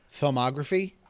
filmography